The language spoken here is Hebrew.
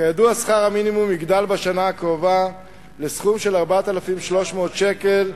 כידוע שכר המינימום יגדל בשנה הקרובה לסכום של 4,300 שקל.